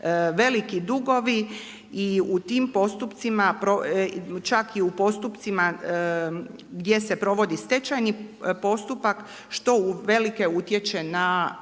veliki dugovi i u tim postupcima, čak i u postupcima gdje se provodi stečajni postupak što uvelike utječe na